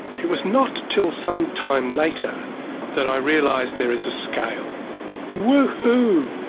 it was not till sometime later that i realised there is a scale woo hoo!